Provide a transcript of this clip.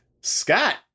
Scott